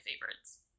favorites